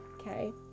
okay